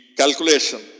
calculation